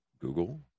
Google